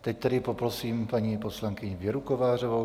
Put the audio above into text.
Teď poprosím paní poslankyni Věru Kovářovou.